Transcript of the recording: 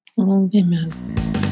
Amen